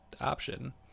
option